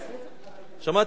שמעתי את הצעת החוק,